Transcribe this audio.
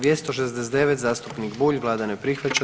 269. zastupnik Bulj, vlada ne prihvaća.